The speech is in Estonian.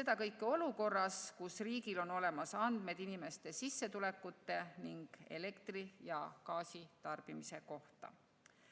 Seda kõike olukorras, kus riigil on olemas andmed inimeste sissetulekute ning elektri ja gaasi tarbimise kohta.